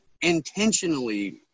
intentionally